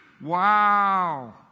Wow